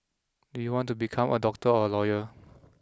do you want to become a doctor or a lawyer